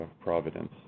Providence